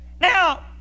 Now